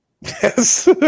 Yes